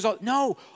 No